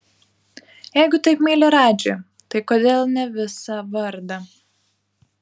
jeigu taip myli radžį tai kodėl ne visą vardą